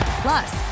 Plus